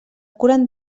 curen